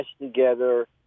together